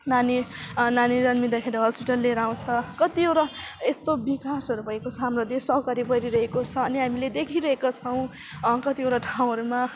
नानी नानी जन्मिँदाखेरि हस्पिटल लिएर आउँछ कतिवटा यस्तो विकासहरू भएको हाम्रो देश अगाडि बढिरहेको छ अनि हामीले देखिरहेको छौँ कतिवटा ठाउँहरूमा